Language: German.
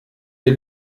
ihr